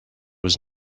was